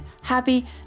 happy